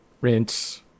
rinse